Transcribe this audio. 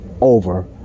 over